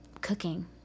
Cooking